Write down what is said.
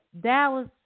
Dallas